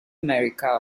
america